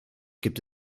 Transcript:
gibt